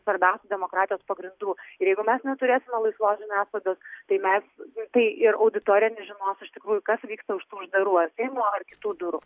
svarbiausių demokratijos pagrindų ir jeigu mes neturėsime laisvos žiniasklaidos tai mes tai ir auditorija nežinos iš tikrųjų kas vyksta už tų uždarų ar seimo ar kitų durų